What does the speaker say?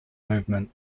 movement